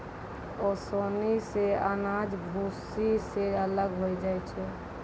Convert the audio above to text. ओसौनी सें अनाज भूसी सें अलग होय जाय छै